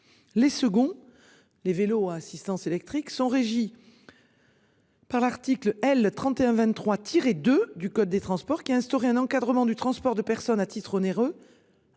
Les seconds, les vélos à assistance électrique sont régies. Par l'article L. 31 23, tiré de du code des transports qui a instauré un encadrement du transport de personnes à titre onéreux.